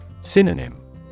Synonym